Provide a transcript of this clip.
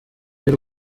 y’u